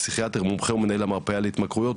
פסיכיאטר מומחה ומנהל המרפאה להתמכרויות.